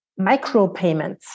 micropayments